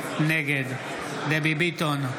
נגד דבי ביטון,